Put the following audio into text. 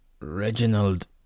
Reginald